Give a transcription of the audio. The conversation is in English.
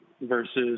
versus